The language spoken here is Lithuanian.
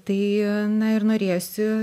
tai na ir norėjosi